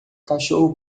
cachorro